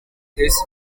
this